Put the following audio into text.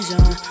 on